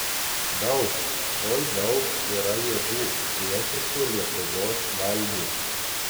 daug oi daug yra jėgų priešiškų lietuvos valdžiai